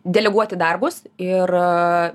deleguoti darbus ir